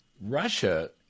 Russia